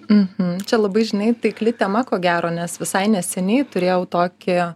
mhm čia labai žinai taikli tema ko gero nes visai neseniai turėjau tokį